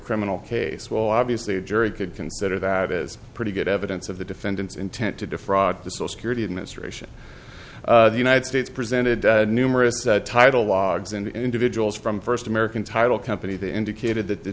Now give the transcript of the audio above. criminal case well obviously a jury could consider that is pretty good evidence of the defendant's intent to defraud the social security administration the united states presented numerous title logs and individuals from first american title company they indicated that the